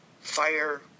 fire